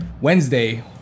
Wednesday